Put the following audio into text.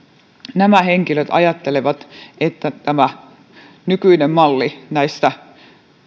nämä henkilöt ajattelevat että tämä nykyinen malli näissä